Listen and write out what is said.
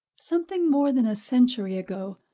something more than a century ago,